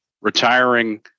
retiring